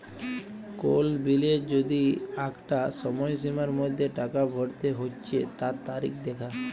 কোল বিলের যদি আঁকটা সময়সীমার মধ্যে টাকা ভরতে হচ্যে তার তারিখ দ্যাখা